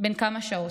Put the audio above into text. כמה שעות,